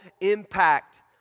impact